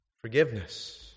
Forgiveness